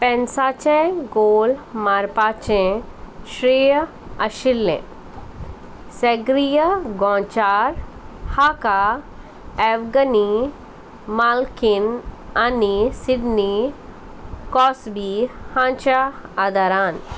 पेन्साचें गोल मारपाचें श्रेय आशिल्लें सॅग्रीय गोंचार हाका एवगनी मालकीन आनी सिडनी कॉस्बी हांच्या आदारान